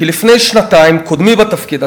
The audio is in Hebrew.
כי לפני שנתיים קודמי בתפקיד,